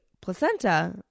placenta